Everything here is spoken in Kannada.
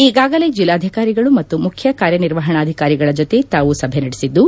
ಈಗಾಗಲೇ ಜಿಲ್ಲಾಧಿಕಾರಿಗಳು ಮತ್ತು ಮುಖ್ಯ ಕಾರ್ಲನಿರ್ವಹಣಾಧಿಕಾರಿಗಳ ಜೊತೆ ತಾವು ಸಭೆ ನಡೆಸಿದ್ದು